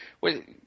wait